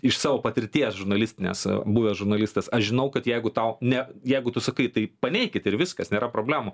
iš savo patirties žurnalistinės buvęs žurnalistas aš žinau kad jeigu tau ne jeigu tu sakai tai paneikit ir viskas nėra problemų